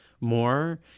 more